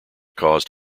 caused